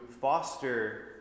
foster